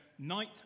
Night